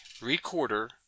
recorder